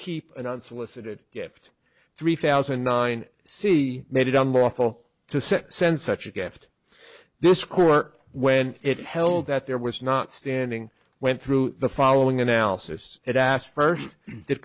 keep an unsolicited gift three thousand and nine c made it unlawful to send such a gift this court when it held that there was not standing went through the following analysis it